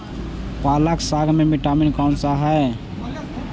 पालक साग में विटामिन कौन सा है?